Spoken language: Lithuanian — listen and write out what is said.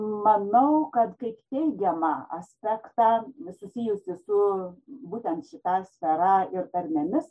manau kad kaip teigiamą aspektą susijusį su būtent šita sfera ir tarmėmis